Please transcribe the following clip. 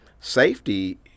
safety